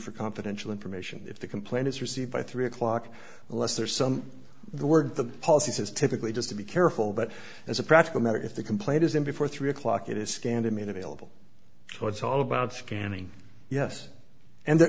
for confidential information if the complaint is received by three o'clock unless there is some the word the policy has typically just to be careful but as a practical matter if the complaint is in before three o'clock it is scanned him in available so it's all about scanning yes and there